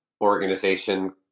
organization